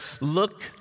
Look